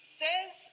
says